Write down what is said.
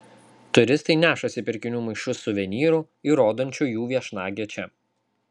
turistai nešasi pirkinių maišus suvenyrų įrodančių jų viešnagę čia